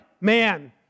man